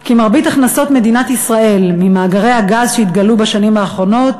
כי מרבית הכנסות מדינת ישראל ממאגרי הגז שהתגלו בשנים האחרונות,